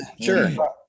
sure